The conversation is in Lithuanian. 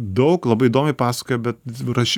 daug labai įdomiai pasakojo bet dabar aš